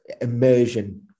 immersion